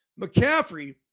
McCaffrey